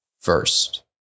first